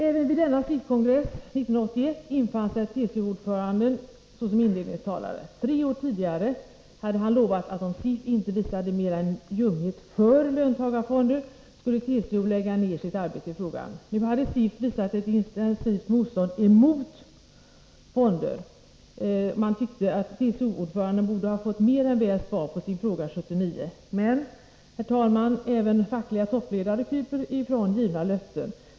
Även vid denna SIF-kongress, 1981, infann sig TCO-ordföranden såsom inledningstalare. Tre år tidigare hade han lovat att om SIF inte visade mer än ljumhet för löntagarfonder, skulle TCO lägga ned sitt arbete i frågan. Nu hade SIF visat ett intensivt motstånd emot fonder. Man tycker att TCO-ordföranden mer än väl borde ha fått svar på sin fråga 1979. Men, herr talman, även fackliga toppledare kryper ifrån givna löften.